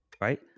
right